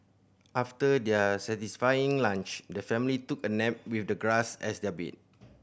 after their satisfying lunch the family took a nap with the grass as their bed